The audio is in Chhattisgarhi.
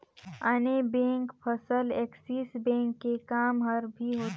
आने बेंक फसल ऐक्सिस बेंक के काम हर भी होथे